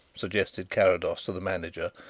suggested carrados to the manager,